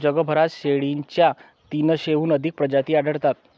जगभरात शेळीच्या तीनशेहून अधिक प्रजाती आढळतात